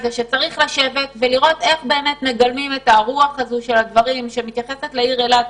צריך לשבת ולראות איך מתייחסים לעיר אילת